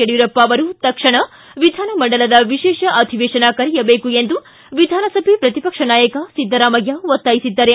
ಯಡಿಯೂರಪ್ಪ ಅವರು ತಕ್ಷಣ ವಿಧಾನಮಂಡಲದ ವಿಶೇಷ ಅಧಿವೇಶನ ಕರೆಯಬೇಕು ಎಂದು ವಿಧಾನಸಭೆ ಪ್ರತಿಪಕ್ಷ ನಾಯಕ ಸಿದ್ದರಾಮಯ್ಯ ಒತ್ತಾಯಿಸಿದ್ದಾರೆ